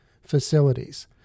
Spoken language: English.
facilities